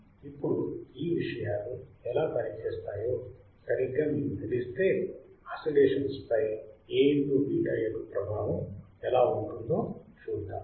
కాబట్టి ఇప్పుడు ఈ విషయాలు ఎలా పనిచేస్తాయో సరిగ్గా మీకు తెలిస్తే ఆసిలేషన్స్ పై Aβ యొక్క ప్రభావం ఎలా ఉంటుందో చూద్దాం